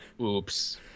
oops